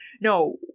no